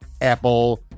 Apple